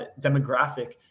demographic